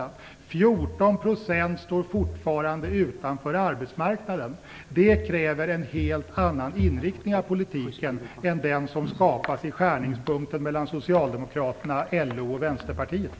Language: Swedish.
14 % står fortfarande utanför arbetsmarknaden. Detta kräver en helt annan inriktning av politiken än den som skapas i skärningspunkten mellan Socialdemokraterna, LO och Vänsterpartiet.